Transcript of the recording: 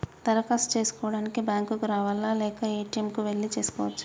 దరఖాస్తు చేసుకోవడానికి బ్యాంక్ కు రావాలా లేక ఏ.టి.ఎమ్ కు వెళ్లి చేసుకోవచ్చా?